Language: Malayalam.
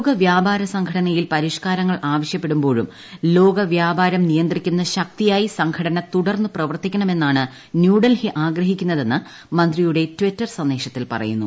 ലോക വ്യാപാര സംഘടനയിൽ പരിഷ്കാരങ്ങൾ ആവശ്യപ്പെടുമ്പോഴും ലോക വ്യാപാരം നിയന്ത്രിക്കുന്ന ശക്തിയായി സംഘടന തുടർന്ന് പ്രവർത്തിക്കണമെന്നാണ് ന്യൂഡൽഹി ആഗ്രഹിക്കുന്നതെന്ന് മന്ത്രിയുടെ ട്വീറ്റർ സന്ദേശത്തിൽ പറയുന്നു